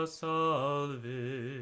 salve